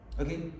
Okay